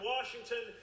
Washington